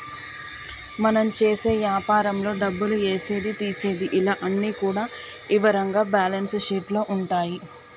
మనం చేసే యాపారంలో డబ్బులు ఏసేది తీసేది ఇలా అన్ని కూడా ఇవరంగా బ్యేలన్స్ షీట్ లో ఉంటాయి